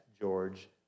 George